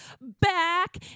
back